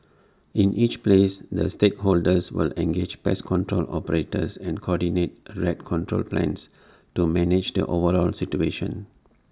in each place the stakeholders will engage pest control operators and coordinate rat control plans to manage the overall situation